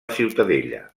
ciutadella